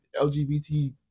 LGBT